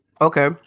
Okay